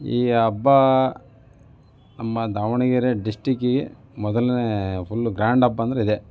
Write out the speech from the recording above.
ಈ ಹಬ್ಬ ನಮ್ಮ ದಾವಣಗೆರೆ ಡಿಸ್ಟ್ರಿಕ್ಕಿಗೆ ಮೊದಲನೇ ಫುಲ್ಲು ಗ್ರ್ಯಾಂಡ್ ಹಬ್ಬ ಅಂದರೆ ಇದೇ